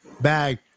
bag